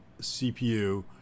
CPU